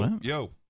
Yo